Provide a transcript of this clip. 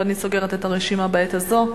ואני סוגרת את הרשימה בעת הזו.